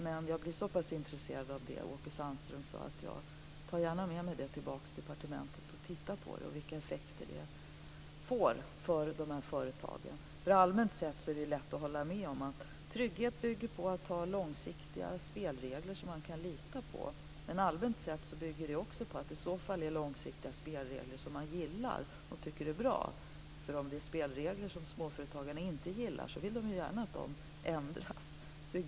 Men jag blir så pass intresserad av det som Åke Sandström säger att jag gärna tar med mig exemplet tillbaka till departementet och tittar på vilka effekter det får för företagen. Rent allmänt sett är det lätt att hålla med om att trygghet bygger på att man har långsiktiga spelregler som man kan lita på. Och då ska det vara spelregler som man gillar och tycker är bra, men om det är spelregler som småföretagarna inte gillar vill de gärna att dessa regler ändras.